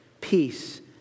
peace